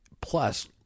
plus